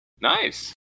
Nice